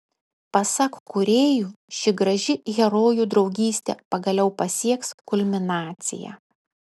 pasak kūrėjų ši graži herojų draugystė pagaliau pasieks kulminaciją